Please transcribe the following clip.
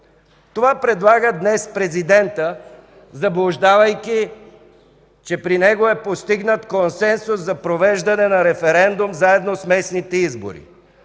Това предлага днес президентът, заблуждавайки, че при него е постигнат консенсус за провеждане на референдум заедно с местните избори.